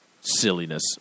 silliness